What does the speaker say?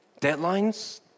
Deadlines